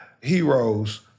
heroes